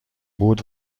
بود